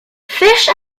fish